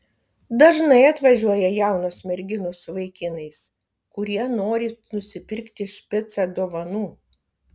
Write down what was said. dažnai atvažiuoja jaunos merginos su vaikinais kurie nori nusipirkti špicą dovanų